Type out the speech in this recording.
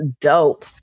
dope